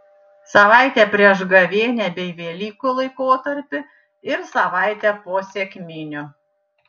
savaitę prieš gavėnią bei velykų laikotarpį ir savaitę po sekminių